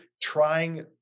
trying